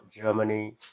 Germany